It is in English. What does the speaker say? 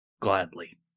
Gladly